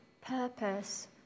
purpose